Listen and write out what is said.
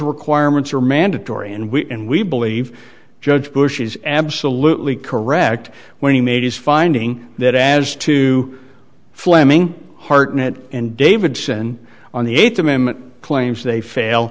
requirements are mandatory and we and we believe judge bush is absolutely correct when he made his finding that as to fleming hartnett and davidson on the eighth amendment claims they fail